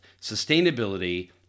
sustainability